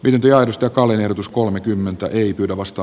lydia risto kallinen otus kolmekymmentä ei pyydä vasta